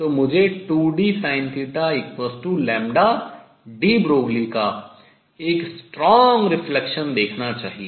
तो मुझे 2dSinθdeBroglie का एक strong reflection तीव्र परावर्तन देखना चाहिए